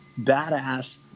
badass